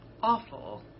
awful